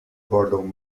gordon